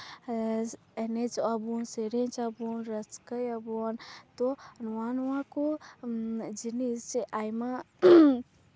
ᱮᱱᱮᱡᱚᱜᱼᱟᱵᱚᱱ ᱥᱮᱨᱮᱧᱟᱵᱚᱱ ᱨᱟᱹᱥᱠᱟᱹᱭᱟᱵᱚᱱ ᱛᱚ ᱱᱚᱣᱟᱼᱱᱚᱣᱟ ᱠᱚ ᱡᱤᱱᱤᱥ ᱡᱮ ᱟᱭᱢᱟ